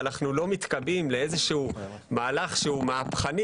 ואנחנו מתקבעים לאיזשהו מהלך מהפכני